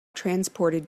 transported